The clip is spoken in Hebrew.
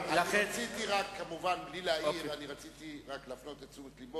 יש להם פרנסה מזה,